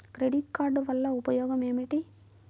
Credit card వల్ల ఉపయోగం ఏమిటీ?